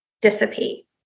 dissipate